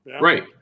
Right